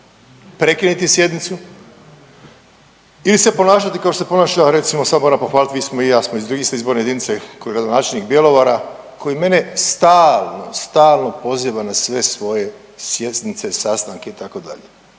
prekiniti sjednicu ili se ponašati kao što se ponaša recimo sad moram pohvaliti vi smo i ja smo iz iste izborne jedinice kao gradonačelnik Bjelovara koji mene stalno, stalno poziva na sve svoje sjednice, sastanke itd.